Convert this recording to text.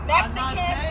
Mexican